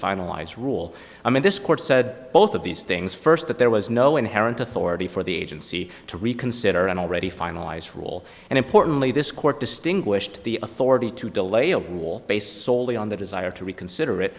finalize rule i mean this court said both of these things first that there was no inherent authority for the agency to reconsider an already finalized rule and importantly this court distinguished the authority to delay a wall based soley on the desire to reconsider it